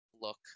look